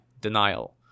denial